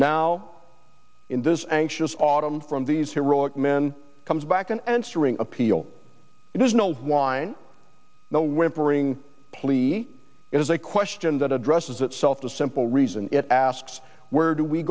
now in this anxious autumn from these heroic men comes back an answering appeal there's no wind no whimpering please it is a question that addresses itself to simple reason it asks where do we